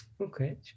Okay